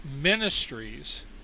ministries